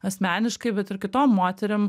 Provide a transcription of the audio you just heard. asmeniškai bet ir kitom moterim